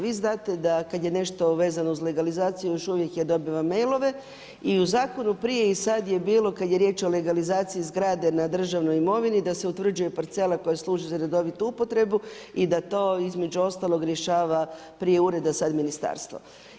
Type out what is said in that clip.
Vi znate da kada je nešto vezano uz legalizaciju još uvijek ja dobivam mailove i u zakonu prije i sada je bilo kada je riječ o legalizaciji zgrade na državnoj imovini da se utvrđuje parcela koja služi za redovitu upotrebu i da to između ostalog rješava prije ureda sada ministarstvo.